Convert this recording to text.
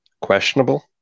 questionable